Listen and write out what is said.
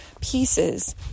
pieces